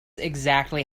exactly